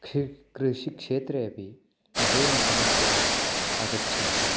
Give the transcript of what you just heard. क्ष् कृषिक्षेत्रे अपि बहूनि समस्या आगच्छन्ति